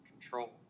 control